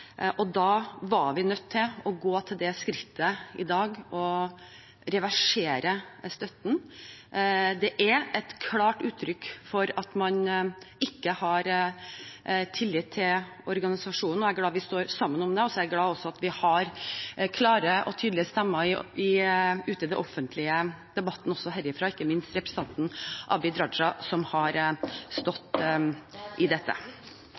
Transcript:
og da var vi i dag nødt til å gå til det skrittet å reversere støtten. Det er et klart uttrykk for at man ikke har tillit til organisasjonen. Jeg er glad vi står sammen om det, og jeg er glad for at vi har klare og tydelige stemmer ute i den offentlige debatten også herifra, ikke minst representanten Abid Q. Raja, som har stått i dette.